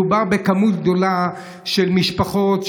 מדובר במספר גדול של משפחות,